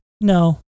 No